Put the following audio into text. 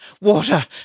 Water